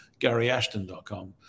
garyashton.com